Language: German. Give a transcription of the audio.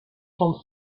vom